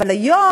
אבל היום